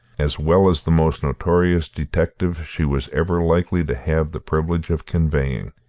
as well as the most notorious detective she was ever likely to have the privilege of conveying.